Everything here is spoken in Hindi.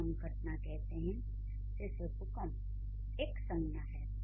जब हम घटना कहते हैं जैसे भूकंप एक संज्ञा है